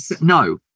No